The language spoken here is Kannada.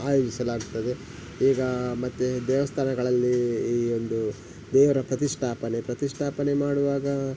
ಆಯೋಜಿಸಲಾಗ್ತದೆ ಈಗ ಮತ್ತೆ ದೇವಸ್ಥಾನಗಳಲ್ಲಿ ಈ ಒಂದು ದೇವರ ಪ್ರತಿಷ್ಠಾಪನೆ ಪ್ರತಿಷ್ಠಾಪನೆ ಮಾಡುವಾಗ